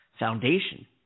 foundation